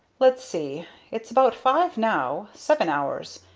let's see it's about five now seven hours.